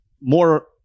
more